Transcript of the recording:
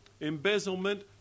embezzlement